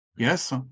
Yes